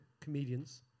comedians